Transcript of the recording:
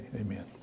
Amen